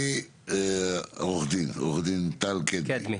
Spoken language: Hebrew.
עורך דין טל קדמי,